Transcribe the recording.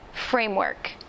framework